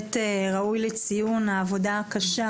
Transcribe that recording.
בהחלט ראוי לציון העבודה הקשה